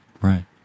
right